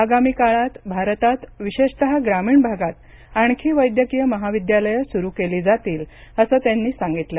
आगामी काळात भारतात विशेषतः ग्रामीण भागात आणखी वैद्यकीय महाविद्यालयं सुरू केली जातील असं त्यांनी सांगितलं